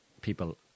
people